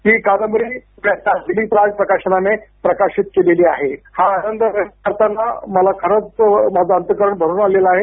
हि कादंबरी दिलीप राज प्रकाशनाने प्रकाशित केलेली आहे हा आनंद व्यक्तं करताना माझ खरोखर अंतःकारण भरून आलेल आहे